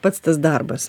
pats tas darbas